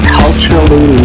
culturally